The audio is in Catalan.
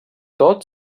tot